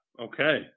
Okay